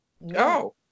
No